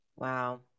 Wow